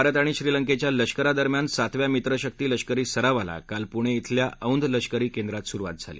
भारत आणि श्रीलंकेच्या लष्करादरम्यान सातव्या मित्रशक्ती लष्करी सरावाला काल पुणे श्विल्या औंध लष्करी केंद्रात सुरुवात झाली